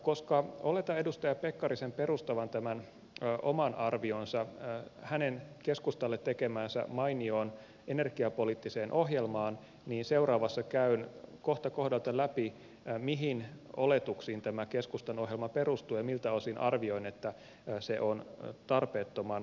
koska oletan edustaja pekkarisen perustavan tämän oman arvionsa hänen keskustalle tekemäänsä mainioon energiapoliittiseen ohjelmaan niin seuraavassa käyn kohta kohdalta läpi mihin oletuksiin tämä keskustan ohjelma perustuu ja miltä osin arvioin että se on tarpeettoman varovainen